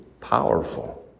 powerful